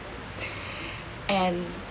and